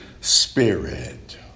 spirit